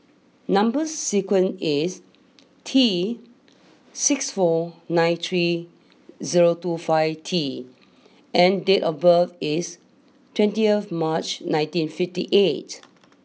number sequence is T six four nine three zero two five T and date of birth is twenty of March nineteen fifty eight